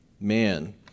Man